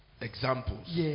examples